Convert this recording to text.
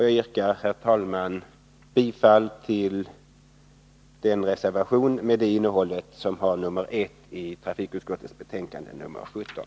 Jag yrkar, herr talman, bifall till reservation nr 1 i trafikutskottets betänkande nr 17.